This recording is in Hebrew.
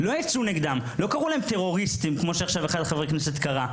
לא יצאו נגדם לא קראו להם טרוריסטים כמו שעכשיו אחד מחברי הכנסת קרא,